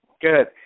good